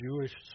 Jewish